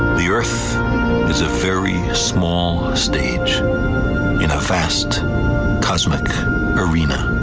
the earth is a very small stage in a vast cosmic arena.